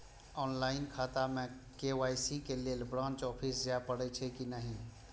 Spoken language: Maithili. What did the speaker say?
ऑनलाईन खाता में के.वाई.सी के लेल ब्रांच ऑफिस जाय परेछै कि नहिं?